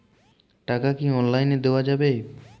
টাকা কি অনলাইনে দেওয়া যাবে?